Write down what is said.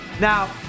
now